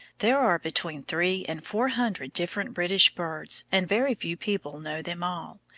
there are between three and four hundred different british birds, and very few people know them all.